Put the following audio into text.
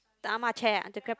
the ah ma chair ah the gr~